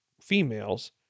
females